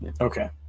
Okay